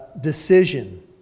decision